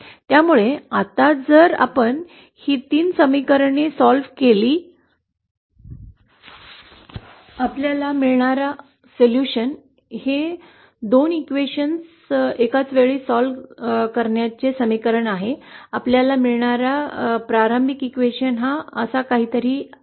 त्यामुळे आता जर आपण ही तीन समीकरणे सोल्व केले आपल्याला मिळणारा उपाय हे दोन प्रश्न एकाच वेळी सोडवण्याचे समीकरण आपल्याला मिळणारा प्रारंभिक प्रश्न हा असाच काहीतरी आहे